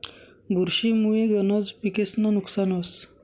बुरशी मुये गनज पिकेस्नं नुकसान व्हस